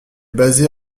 basée